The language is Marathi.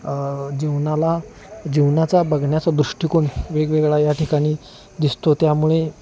जीवनाला जीवनाचा बघण्याचा दृष्टिकोन वेगवेगळा या ठिकाणी दिसतो त्यामुळे